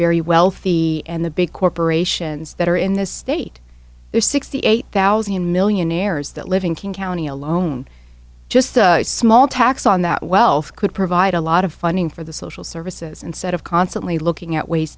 very wealthy and the big corporations that are in this state there are sixty eight thousand millionaires that live in king county alone just a small tax on that wealth could provide a lot of funding for the social services instead of constantly looking at ways